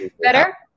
Better